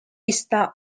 vista